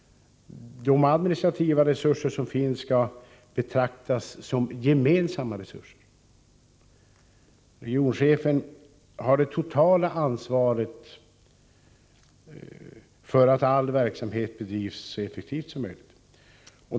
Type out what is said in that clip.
De administrativa resurser som finns skall betraktas som gemensamma resurser. Regionchefen har det totala ansvaret för att all verksamhet bedrivs så effektivt som möjligt.